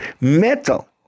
metal